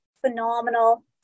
phenomenal